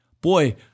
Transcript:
boy